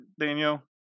Daniel